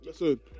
listen